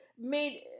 made